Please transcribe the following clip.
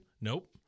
Nope